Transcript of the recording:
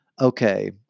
okay